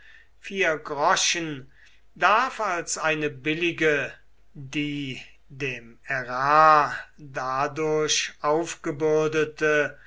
groschen darf als eine billige die dem ärar dadurch aufgebürdete